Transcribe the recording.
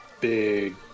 big